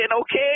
Okay